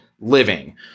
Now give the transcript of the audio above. living